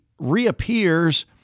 reappears